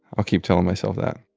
i'll keep telling myself that.